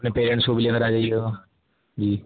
اپنے پیرنٹس کو بھی لے کر آ جائیے گا جی